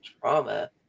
trauma